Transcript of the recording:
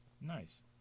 nice